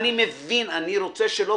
אני מבין, אני רוצה שאנחנו